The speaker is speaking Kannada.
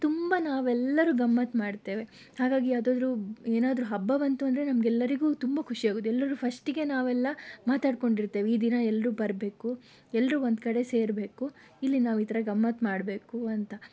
ತುಂಬ ನಾವೆಲ್ಲರೂ ಗಮ್ಮತ್ತು ಮಾಡ್ತೇವೆ ಹಾಗಾಗಿ ಯಾವುದಾದರೂ ಏನಾದರೂ ಹಬ್ಬ ಬಂತು ಅಂದರೆ ನಮಗೆಲ್ಲರಿಗೂ ತುಂಬ ಖುಷಿ ಆಗೋದು ಎಲ್ಲರೂ ಫಸ್ಟಿಗೆ ನಾವೆಲ್ಲ ಮಾತಾಡ್ಕೊಂಡಿರ್ತೇವೆ ಈ ದಿನ ಎಲ್ಲರೂ ಬರಬೇಕು ಎಲ್ಲರೂ ಒಂದು ಕಡೆ ಸೇರಬೇಕು ಇಲ್ಲಿ ನಾವು ಈ ಥರ ಗಮ್ಮತ್ತು ಮಾಡಬೇಕು ಅಂತ